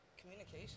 communication